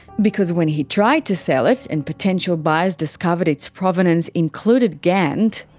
because when he tried to sell it, and potential buyers discovered its provenance included gant,